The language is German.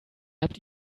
habt